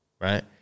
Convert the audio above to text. right